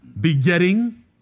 Begetting